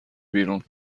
بیرون